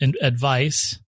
advice